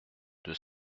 deux